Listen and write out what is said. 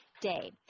day